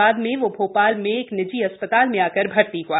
बाद में वो भोपाल में एक निजी अस्पताल में आकर भर्ती हुआ